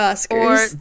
Oscars